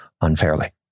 unfairly